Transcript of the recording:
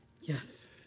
Yes